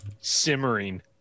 simmering